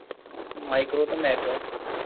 micro تہٕ macro